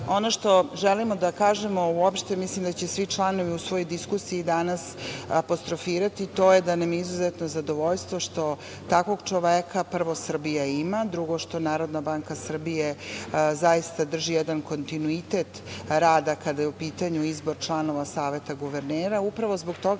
što želimo da kažemo uopšte, i mislim da će svi članovi u svojoj diskusiji danas apostrofirati, to je da nam je izuzetno zadovoljstvo što takvog čoveka prvo Srbija ima, drugo što Narodna banka Srbije zaista drži jedan kontinuitet rada kada je u pitanju izbor članova Saveta guvernera, upravo zbog toga